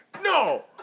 No